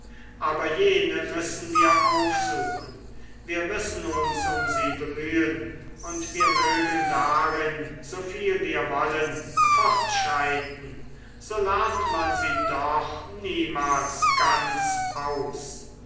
aber jene müssen wir aufsuchen wir müssen uns um sie bemühen und wir mögen darin so viel wir wollen fortschreiten so lernt man sie doch niemals ganz aus